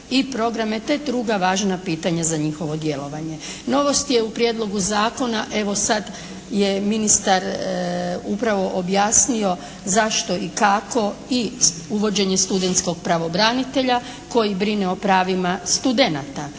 i programe, te druga važna pitanja za njihovo djelovanje. Novost je u prijedlogu zakona evo sad je ministar upravo objasnio zašto i kako i uvođenje studentskog pravobranitelja koji brine o pravima studenata.